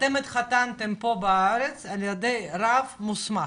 אתם התחתנתם פה בארץ על ידי רב מוסמך?